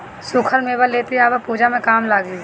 सुखल मेवा लेते आव पूजा में काम लागी